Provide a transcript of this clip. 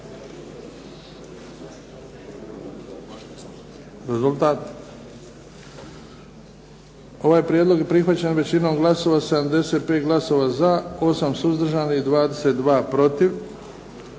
Rezultat? Ovaj prijedlog je prihvaćen većinom glasova, 75 glasova za, 8 suzdržanih i 22 protiv.